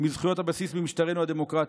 מזכויות הבסיס במשטרנו הדמוקרטי.